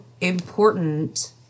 important